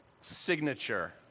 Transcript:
signature